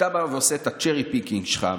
כשאתה בא ועושה את ה-cherry picking שלך,